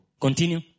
Continue